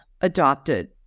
adopted